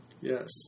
Yes